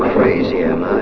crazy am